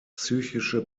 psychische